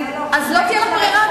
אז לא תהיה לך ברירה,